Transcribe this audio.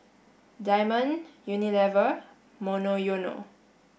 Diamond Unilever Monoyono